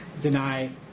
deny